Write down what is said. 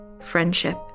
friendship